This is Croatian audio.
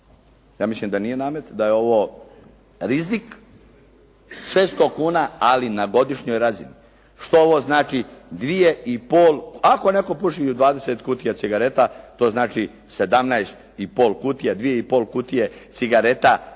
ja mislim da nije namet, da je ovo rizik, 600 kuna ali na godišnjoj razini. Što ovo znači 2,5? Ako netko puši 20 kutija cigareta, to znači 17,5 kutija, 2,5 kutije cigareta